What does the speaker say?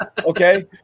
okay